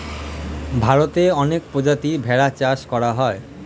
ভারতে অনেক প্রজাতির ভেড়া চাষ করা হয়